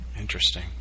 Interesting